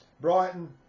Brighton